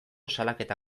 salaketa